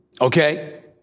Okay